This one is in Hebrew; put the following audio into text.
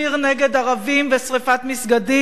נגד ערבים ושרפת מסגדים,